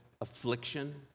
affliction